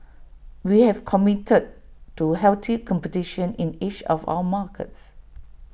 we have committed to healthy competition in each of our markets